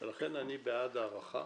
לכן אני בעד הערכה